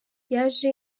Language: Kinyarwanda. yaje